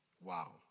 Wow